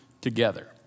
together